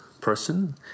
person